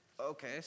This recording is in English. Okay